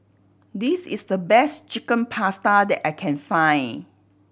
this is the best Chicken Pasta that I can find